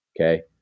Okay